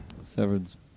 Severed's